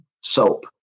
soap